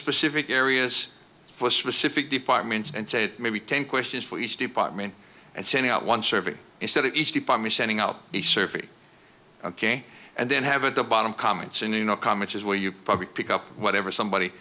specific areas for specific departments and maybe ten questions for each department and send out one survey instead of each department sending out a surfeit ok and then have at the bottom comments you know comments as well you probably pick up whatever somebody